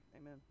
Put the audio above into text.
amen